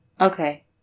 Okay